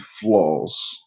flaws